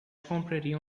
compraria